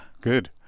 good